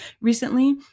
recently